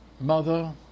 mother